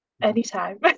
Anytime